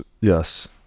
yes